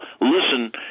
listen